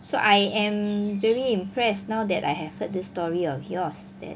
so I am very impressed now that I have heard this story of yours that